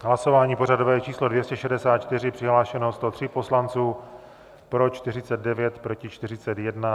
Hlasování pořadové číslo 264, přihlášeno 103 poslanců, pro 49, proti 41.